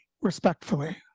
respectfully